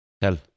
Tell